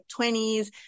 20s